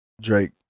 Drake